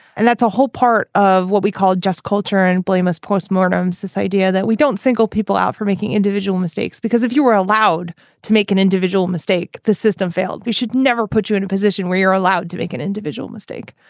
and that's a whole part of what we call just culture and blame as postmortems. this idea that we don't single people out for making individual mistakes because if you were allowed to make an individual mistake the system failed. we should never put you in a position where you're allowed to make an individual mistake.